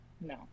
No